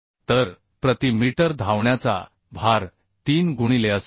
तर प्रति मीटर धावण्याचा भार 3 गुणिले असेल